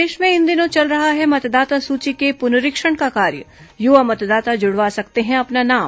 प्रदेश में इन दिनों चल रहा है मतदाता सूची के पुनरीक्षण का कार्य युवा मतदाता जुड़वा सकते हैं अपना नाम